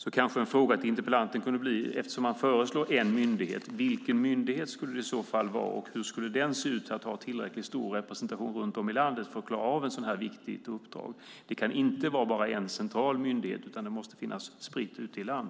Eftersom interpellanten föreslår en myndighet kunde en fråga kanske bli vilken myndighet det i så fall skulle vara och hur den skulle se ut för att ha tillräckligt stor representation runt om i landet och klara av ett så viktigt uppdrag. Det kan inte röra sig om endast en central myndighet, utan den måste finnas spridd ute i landet.